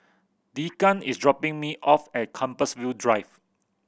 Deegan is dropping me off at Compassvale Drive